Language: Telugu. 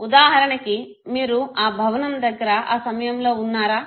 ఉదాహరణకి మీరు ఆ భవనం దగ్గర ఆ సమయంలో వున్నారా